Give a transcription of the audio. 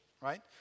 right